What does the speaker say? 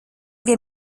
wir